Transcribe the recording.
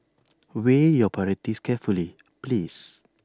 weigh your priorities carefully please